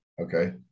okay